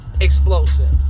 explosive